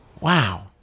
Wow